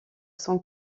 son